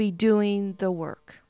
be doing the work